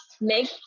make